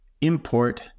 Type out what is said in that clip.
import